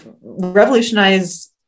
revolutionize